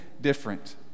different